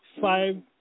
five